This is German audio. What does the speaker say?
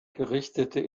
gerichtete